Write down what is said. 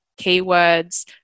keywords